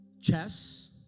chess